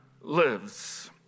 lives